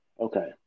Okay